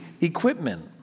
equipment